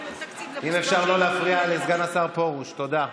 אם אפשר לא להפריע לסגן השר פרוש, תודה.